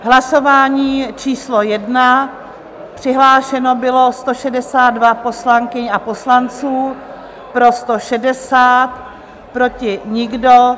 Hlasování číslo 1, přihlášeno bylo 162 poslankyň a poslanců, pro 160, proti nikdo.